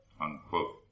unquote